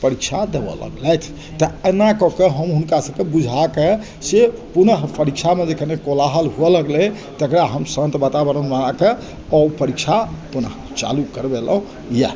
परीक्षा देबऽ लगलथि तऽ एना कऽ कऽ हम हुनका सबके बुझाकऽ से पुनः परीक्षामे जे कनि कोलाहल हुअऽ लगलै तकरा हम शान्त वातावरण बनाकऽ ओ परीक्षा पुनः चालू करबेलहुँ इएह